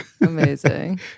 Amazing